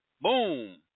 boom